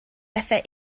bethau